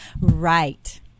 right